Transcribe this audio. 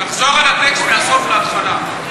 תחזור על הטקסט מהסוף להתחלה.